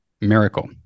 Miracle